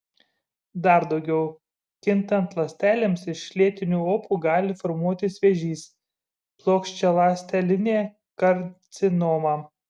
dar daugiau kintant ląstelėms iš lėtinių opų gali formuotis vėžys plokščialąstelinė karcinoma